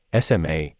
SMA